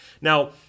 Now